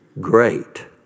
great